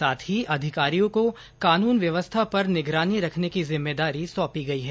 साथ ही अधिकारियों को कानून व्यवस्था पर निगरानी रखने की जिम्मेदारी सौंपी गई है